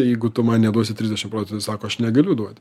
jeigu tu man neduosi trisdešim procentų sako aš negaliu duoti